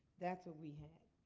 that's what we had.